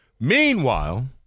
Meanwhile